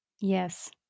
Yes